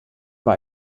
war